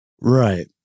Right